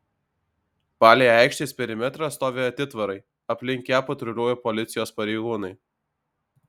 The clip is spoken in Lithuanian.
palei aikštės perimetrą stovi atitvarai aplink ją patruliuoja policijos pareigūnai